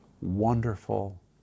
wonderful